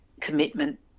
commitment